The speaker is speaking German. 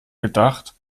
gedacht